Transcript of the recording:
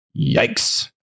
Yikes